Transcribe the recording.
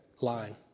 line